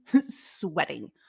sweating